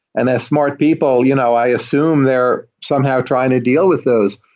and as smart people, you know i assume they're somehow trying to deal with those.